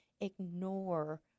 ignore